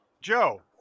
joe